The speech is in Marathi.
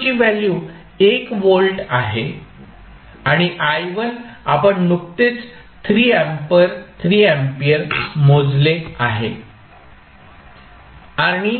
ची व्हॅल्यू 1 व्होल्ट आहे आणि आपण नुकतेच 3 अँपिअर मोजले आहे आणि